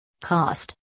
Cost